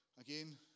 Again